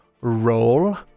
roll